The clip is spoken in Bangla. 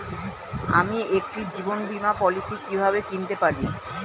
আমি একটি জীবন বীমা পলিসি কিভাবে কিনতে পারি?